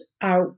out